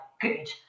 good